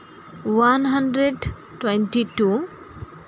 one hundred twenty two